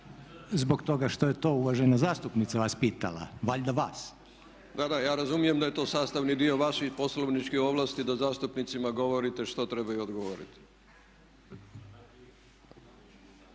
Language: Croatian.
Zbog toga što je to uvažena zastupnica vas pitala. Valjda vas. **Pupovac, Milorad (SDSS)** Da, da. Ja razumijem da je to sastavni dio vaših poslovničkih ovlasti da zastupnicima govorite što trebaju odgovoriti.